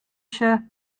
się